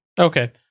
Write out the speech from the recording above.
okay